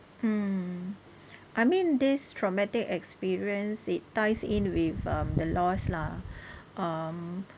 mm I mean this traumatic experience it ties in with um the loss lah um